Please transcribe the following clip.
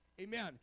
Amen